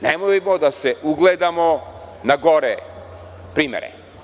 Nemojmo da se ugledamo na gore primere.